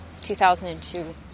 2002